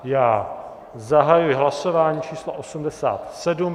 Já zahajuji hlasování číslo 87.